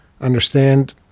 understand